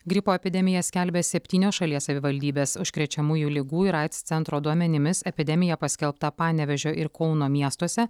gripo epidemiją skelbia septynios šalies savivaldybės užkrečiamųjų ligų ir aids centro duomenimis epidemija paskelbta panevėžio ir kauno miestuose